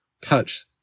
touch